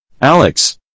Alex